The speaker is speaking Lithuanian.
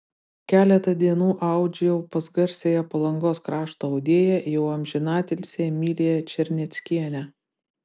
keletą dienų audžiau pas garsiąją palangos krašto audėją jau amžinatilsį emiliją černeckienę